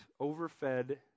overfed